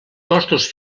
costos